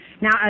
Now